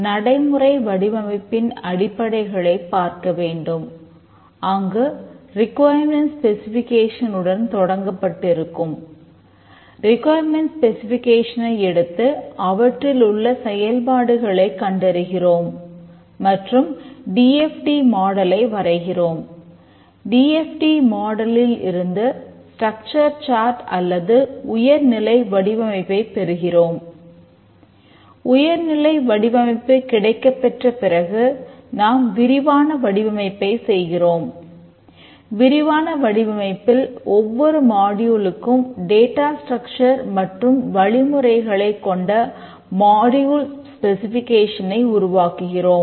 நடைமுறை வடிவமைப்பின் அடிப்படைகளை பார்க்க வேண்டும் அங்கு ரிக்வயர்மெண்ட் ஸ்பெசிஃபிகேஷனுடன் உருவாக்குகிறோம்